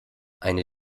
eine